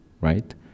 right